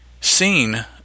seen